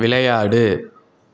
விளையாடு